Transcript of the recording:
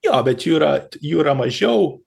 jo bet jų yra jų yra mažiau